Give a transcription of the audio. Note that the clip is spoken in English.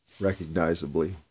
recognizably